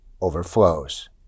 overflows